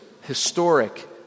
historic